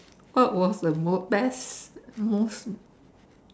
what was the most best most